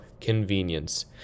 convenience